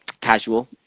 Casual